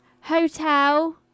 Hotel